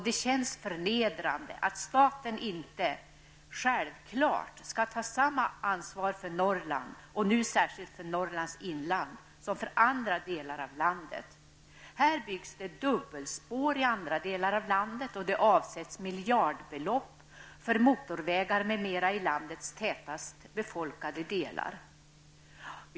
Det känns förnedrande att staten inte självklart skall ta samma ansvar för Norrland, och nu särskilt för Norrlands inland, som för andra delar av landet. Här byggs dubbelspår i andra delar av landet, och det avsätts miljardbelopp för motorvägar m.m. i landets tätast befolkade delar.